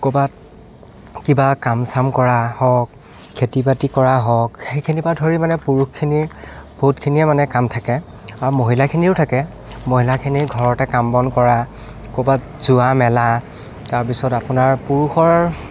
ক'ৰবাত কিবা কাম চাম কৰা হওঁক খেতি বাতি কৰা হওঁক সেইখিনিৰ পৰা ধৰি মানে পুৰুষখিনিৰ বহুতখিনিয়ে মানে কাম থাকে আৰু মহিলাখিনিৰো থাকে মহিলাখিনিৰ ঘৰতে কাম বন কৰা ক'ৰবাত যোৱা মেলা তাৰপিছত আপোনাৰ পুৰুষৰ